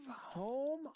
home